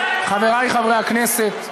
חברי חברי הכנסת,